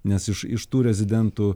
nes iš iš tų rezidentų